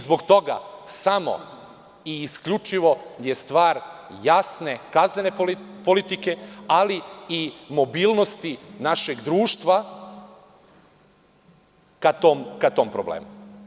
Zbog svega toga, samo i isključivo, sve je stvar samo jasne kaznene politike, ali i mobilnosti našeg društva ka tom problemu.